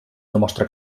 demostra